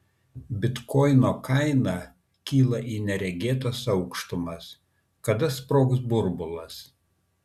bitkoino kaina kyla į neregėtas aukštumas kada sprogs burbulas